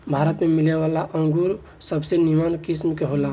भारत में मिलेवाला अंगूर सबसे निमन किस्म के होला